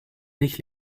nicht